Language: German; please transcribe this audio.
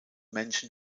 menschen